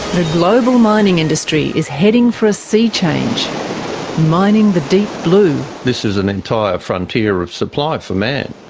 the global mining industry is heading for a sea change mining the deep blue. this is an entire frontier of supply for man.